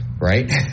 right